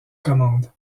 commande